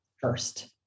first